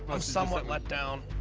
i'm somewhat letdown.